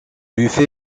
buffet